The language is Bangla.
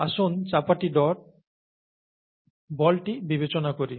আসুন 'chapati dough' বলটি বিবেচনা করি